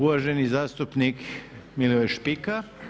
Uvaženi zastupnik Milivoj Špika.